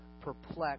perplexed